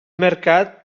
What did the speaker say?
mercat